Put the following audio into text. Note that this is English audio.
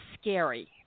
scary